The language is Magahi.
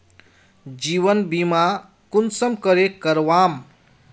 जीवन बीमा कुंसम करे करवाम?